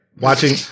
Watching